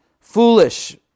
foolish